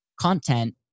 content